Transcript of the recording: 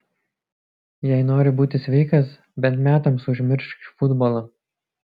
jei nori būti sveikas bent metams užmiršk futbolą